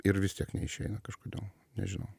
ir vis tiek neišeina kažkodėl nežinau